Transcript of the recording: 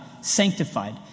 sanctified